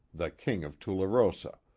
the king of tularosa,